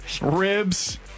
ribs